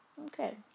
Okay